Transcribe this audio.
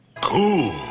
Cool